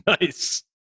Nice